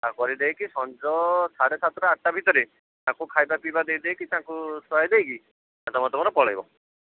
କରିଦେଇକି ସଞ୍ଜ ସାଢ଼େ ସାତଟା ଆଠଟା ଭିତରେ ତାଙ୍କୁ ଖାଇବା ପିଇବା ଦେଇ ଦେଇକି ତାଙ୍କୁ ଶୁଆଇ ଦେଇକି ତୁମେ ତୁମର ପଳାଇବ